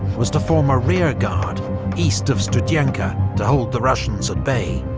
was to form a rearguard east of studienka to hold the russians at bay,